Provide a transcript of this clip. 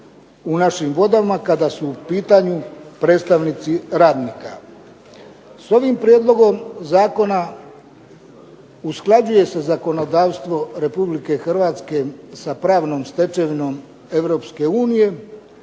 u našim vodama kada su u pitanju predstavnici radnika. S ovim prijedlogom zakona usklađuje se zakonodavstvo RH sa pravnom stečevinom EU, ali